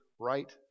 right